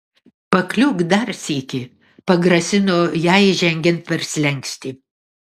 pakliūk dar sykį pagrasino jai žengiant per slenkstį